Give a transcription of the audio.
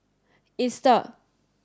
Easter